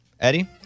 Eddie